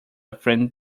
friend